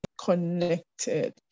connected